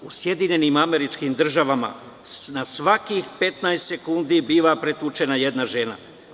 U SAD na svakih 15 sekundi biva pretučena jedna žena.